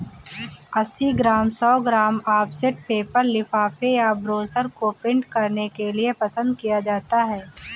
अस्सी ग्राम, सौ gram offset paper लिफाफे या ब्रोशर को प्रिंट करने के लिए पसंद किया जाता है